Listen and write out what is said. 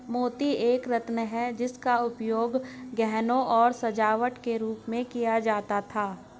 मोती एक रत्न है जिसका उपयोग गहनों और सजावट के रूप में किया जाता था